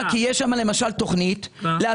כי יש שם תוכנית להטמנת